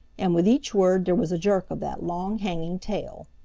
and with each word there was a jerk of that long hanging tail.